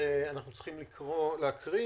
אנחנו צריכים להקריא?